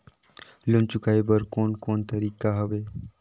Loan चुकाए बर कोन कोन तरीका हवे?